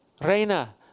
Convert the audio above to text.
Reina